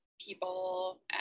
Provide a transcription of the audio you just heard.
people